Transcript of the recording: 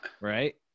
right